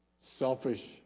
selfish